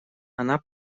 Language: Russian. она